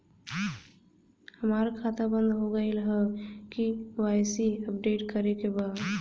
हमार खाता बंद हो गईल ह के.वाइ.सी अपडेट करे के बा?